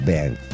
Band